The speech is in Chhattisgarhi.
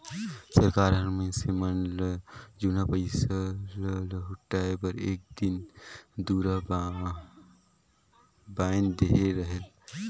सरकार हर मइनसे मन ल जुनहा पइसा ल लहुटाए बर एक दिन दुरा बांएध देहे रहेल